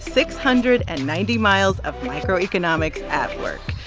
six hundred and ninety miles of microeconomics at work.